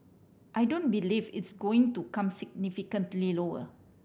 I don't believe it's going to come significantly lower